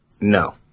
No